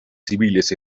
civiles